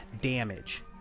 damage